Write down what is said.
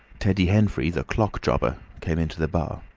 teddy henfrey, the clock-jobber, came into the bar.